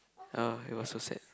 ah it was so sad